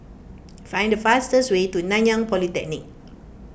find the fastest way to Nanyang Polytechnic